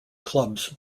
clubs